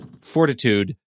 fortitude